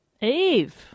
Eve